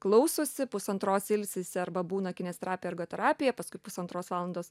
klausosi pusantros ilsisi arba būna kineziterapija ergoterapija paskui pusantros valandos